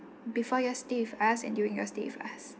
before your stay with us and during your stay with us